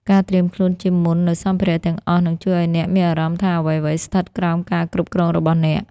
ការត្រៀមខ្លួនជាមុននូវសម្ភារៈទាំងអស់នឹងជួយឱ្យអ្នកមានអារម្មណ៍ថាអ្វីៗស្ថិតក្រោមការគ្រប់គ្រងរបស់អ្នក។